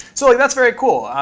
so like that's very cool.